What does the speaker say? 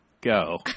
Go